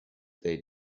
they